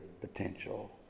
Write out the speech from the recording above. potential